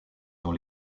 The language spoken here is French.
dans